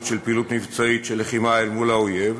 של פעילות מבצעית של לחימה אל מול האויב,